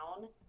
down